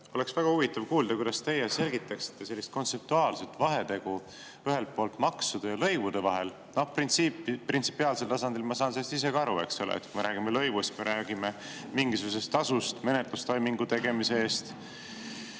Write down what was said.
oleks väga huvitav kuulda, kuidas teie selgitaksite kontseptuaalset vahetegu ühelt poolt maksude ja lõivude vahel. No printsipiaalsel tasandil ma saan sellest isegi aru, et kui me räägime lõivust, siis me räägime mingisugusest tasust menetlustoimingu tegemise eest